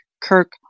Kirk